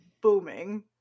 booming